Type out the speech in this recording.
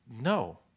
no